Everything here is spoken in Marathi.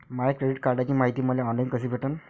माया क्रेडिट कार्डची मायती मले ऑनलाईन कसी भेटन?